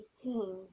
eighteen